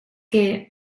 que